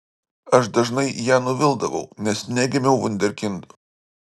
aš dažnai ją nuvildavau nes negimiau vunderkindu